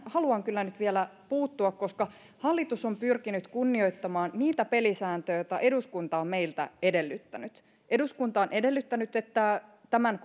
haluan kyllä nyt vielä puuttua koska hallitus on pyrkinyt kunnioittamaan niitä pelisääntöjä joita eduskunta on meiltä edellyttänyt eduskunta on edellyttänyt että tämän